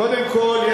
קודם כול,